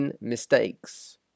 mistakes